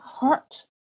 hurt